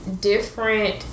different